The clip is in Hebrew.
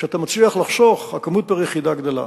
כשאתה מצליח לחסוך הכמות פר-יחידה גדלה.